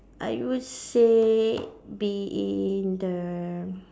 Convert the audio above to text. I would say be in the